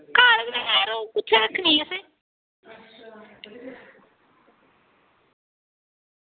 घर गै निं ऐ यरो कुत्थें आक्खनी असें